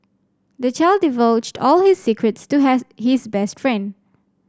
the child divulged all his secrets to has his best friend